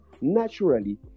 naturally